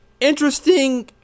Interesting